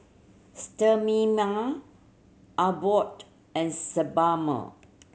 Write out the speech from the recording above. Abbott and Sebamed